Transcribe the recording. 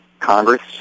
Congress